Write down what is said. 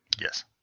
Yes